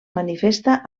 manifesta